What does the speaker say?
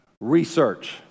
research